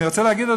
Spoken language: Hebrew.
אני רוצה להגיד,